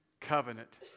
covenant